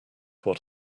what